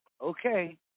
okay